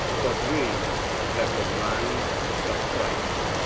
but we have the mind of christ.